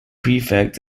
prefect